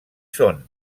són